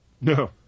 No